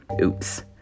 Oops